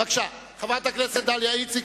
בבקשה, חברת הכנסת דליה איציק.